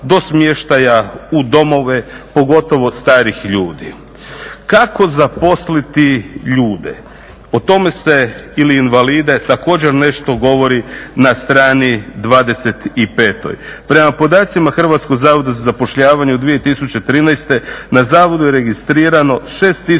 u domove pogotovo starih ljudi. Kako zaposliti ljude ili invalide? O tome se također nešto govori na strani 25 "Prema podacima Hrvatskog zavoda za zapošljavanje u 2013.na zavodu je registrirano 6.789